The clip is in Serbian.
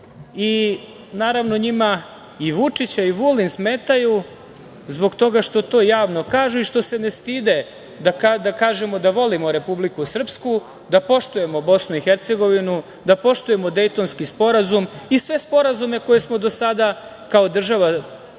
Naravno, njima i Vučić i Vulin smetaju zbog toga što to javno kažu i što se ne stide da kažu da volimo Republiku Srpsku, da poštujemo BiH, da poštujemo Dejtonski sporazum i sve sporazume koje smo do sada kao država potpisali